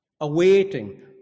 awaiting